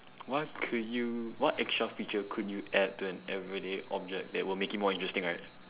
what could you what extra feature could you add to an everyday object that would make it more interesting right